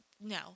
No